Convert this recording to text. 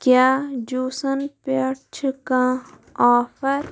کیٛاہ جوٗسن پٮ۪ٹھ چھِ کانٛہہ آفر